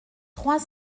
trois